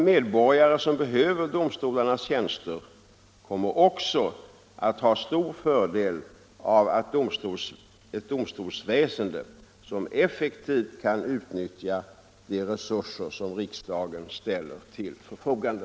Medborgare som behöver domstolarnas tjänster kommer också att ha stor fördel av ett domstolsväsende som effektivt kan utnyttja de resurser som riksdagen ställer till förfogande.